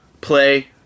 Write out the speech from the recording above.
play